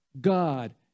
God